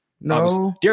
no